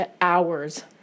hours